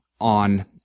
on